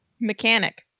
Mechanic